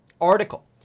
article